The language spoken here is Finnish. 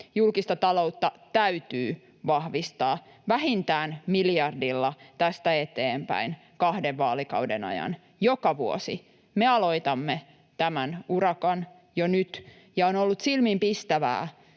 Julkista taloutta täytyy vahvistaa vähintään miljardilla tästä eteenpäin kahden vaalikauden ajan joka vuosi. Me aloitamme tämän urakan jo nyt. On ollut silmiinpistävää,